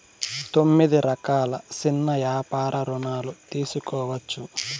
తొమ్మిది రకాల సిన్న యాపార రుణాలు తీసుకోవచ్చు